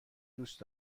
دوست